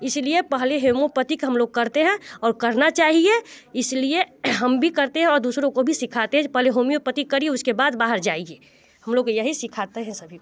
इसी लिए पहले हेमोपथिक हम लोग करते हैं और करना चाहिए इस लिए हम भी करते हैं और दूसरों को भी सीखाते हैं कि पहले होमियोपथिक करिए उसके बाद बाहर जाइए हम लोग को यही सीखाते हैं सभी को